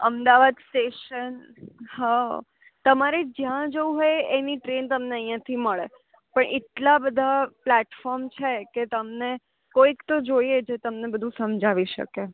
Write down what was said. Ahmedabad station હા તમારે જ્યાં જવું હોય એની ટ્રેન તમને અહીંયાથી મળે પણ એટલાં બધાં પ્લેટફોર્મ છે કે તમને કોઈક તો જોઈએ જે તમને બધુ સમજાવી શકે